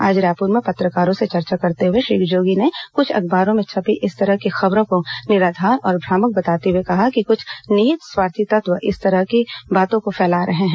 आज रायपुर में पत्रकारों से चर्चा करते हुए श्री जोगी ने कुछ अखबारों में छपी इस तरह की खबरों को निराधार और भ्रामक बताते हुए कहा कि कुछ निहित स्वार्थी तत्व इस तरह की बातों को फैला रहे हैं